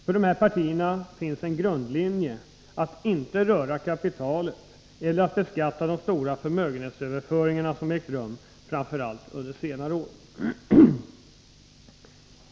För dessa partier finns en grundlinje, att inte röra kapitalet eller att beskatta de stora förmögenhetsöverföringar som ägt rum under framför allt senare år.